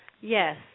Yes